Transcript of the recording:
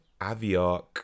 Aviark